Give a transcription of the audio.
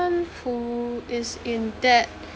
who is in debt